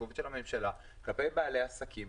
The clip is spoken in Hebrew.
מחויבות של הממשלה כלפי בעלי עסקים,